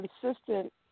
consistent